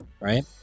right